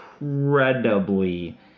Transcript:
incredibly